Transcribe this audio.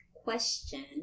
question